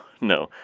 no